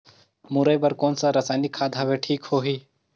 मुरई बार कोन सा रसायनिक खाद हवे ठीक होही?